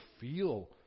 feel